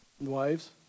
Wives